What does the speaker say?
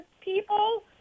people